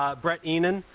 um bret eynon,